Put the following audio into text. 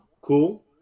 Cool